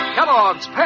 Kellogg's